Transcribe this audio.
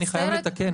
אני רק חייב לתקן.